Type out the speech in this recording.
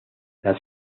las